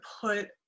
put